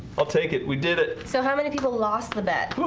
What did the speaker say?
i'll take it we did it so how many people lost the bet